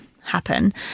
happen